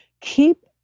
keep